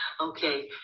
Okay